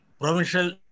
Provincial